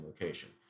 location